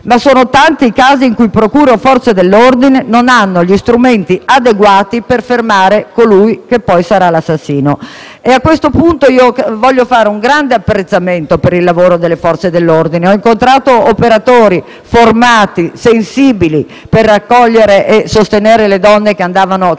ma sono tanti i casi in cui procure o Forze dell'ordine non hanno gli strumenti adeguati per fermare colui che poi sarà l'assassino. A questo punto, voglio fare un grande apprezzamento per il lavoro delle Forze dell'ordine: ho incontrato operatori sensibili e formati per raccogliere e sostenere le donne che avevano